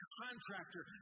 contractor